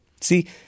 See